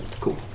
Cool